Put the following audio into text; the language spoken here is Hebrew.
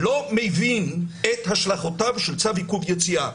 לא מבין את השלכותיו של צו עיכוב יציאה.